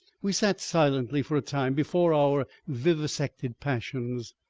we sat silently for a time before our vivisected passions.